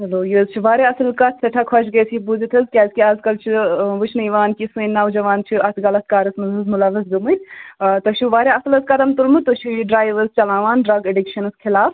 چلو یہِ حظ چھِ واریاہ اَصٕل کَتھ سٮ۪ٹھاہ خۄش گٔیَس یہِ بوٗزِتھ حظ کیٛازکہِ آز کَل چھِ وٕچھنہٕ یِوان کہِ سٲنۍ نَوجَوان چھِ اَتھ غلط کارَس منٛز حظ مُلَوِث گٔمٕتۍ تۄہہِ چھُو واریاہ اَصٕل حظ قَدَم تُلمُت تُہۍ چھُو یہِ ڈرٛایِو حظ چَلاون ڈرٛگ اٮ۪ڈِکشَنَس خِلاف